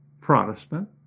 Protestant